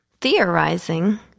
theorizing